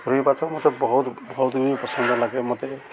ରୋହିମାଛ ମତେ ବହୁତ ବହୁତ ବି ପସନ୍ଦ ଲାଗେ ମତେ